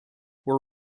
were